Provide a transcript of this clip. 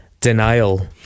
Denial